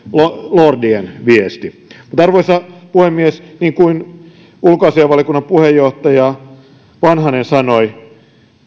lordien viesti arvoisa puhemies niin kuin ulkoasiainvaliokunnan puheenjohtaja vanhanen sanoi